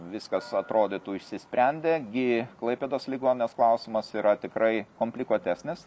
viskas atrodytų išsisprendė gi klaipėdos ligoninės klausimas yra tikrai komplikuotesnis